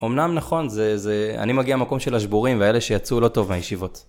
אמנם נכון, זה... זה... אני מגיע מהמקום של השבורים ואלה שיצאו לא טוב מהישיבות.